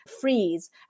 freeze